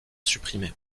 supprimé